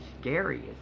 scary